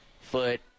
foot